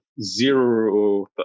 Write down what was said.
zero